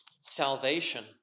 salvation